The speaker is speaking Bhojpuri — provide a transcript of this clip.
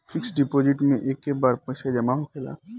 फिक्स डीपोज़िट मे एके बार पैसा जामा होखेला